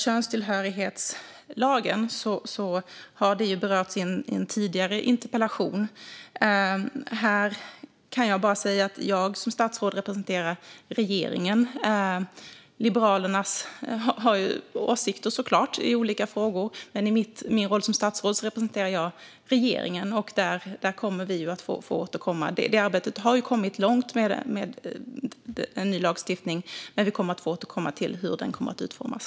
Könstillhörighetslagen berördes som sagt i en tidigare interpellationsdebatt. Som statsråd representerar jag regeringen. Liberalerna har såklart åsikter i olika frågor, men i min roll som statsråd representerar jag regeringen. Arbetet med en ny lagstiftning har kommit långt, men vi får återkomma till hur den kommer att utformas.